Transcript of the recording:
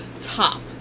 top